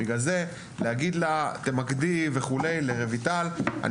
עכשיו לבוא ולהגיד לרויטל שתמקד?